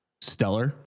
Stellar